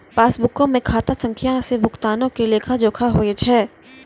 पासबुको मे खाता संख्या से भुगतानो के लेखा जोखा होय छै